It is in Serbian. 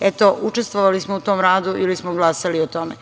eto, učestvovali smo u tom radu ili smo glasali o tome.